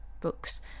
books